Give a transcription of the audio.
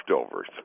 leftovers